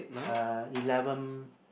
uh eleven